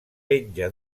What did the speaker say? penja